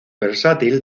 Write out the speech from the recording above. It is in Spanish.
versátil